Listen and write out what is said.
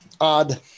odd